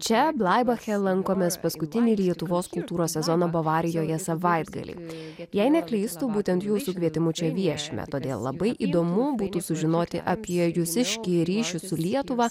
čia blaibache lankomės paskutinį lietuvos kultūros sezono bavarijoje savaitgalį jei neklystu būtent jūsų kvietimu čia viešime todėl labai įdomu būtų sužinoti apie jūsiškį ryšį su lietuva